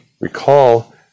recall